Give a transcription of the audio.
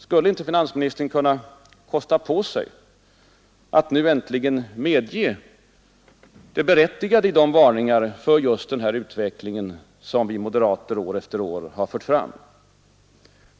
Skulle inte herr Sträng äntligen kunna kosta på sig att nu medge det berättigade i de varningar för denna utveckling som vi moderater år efter år fört fram?